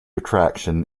attraction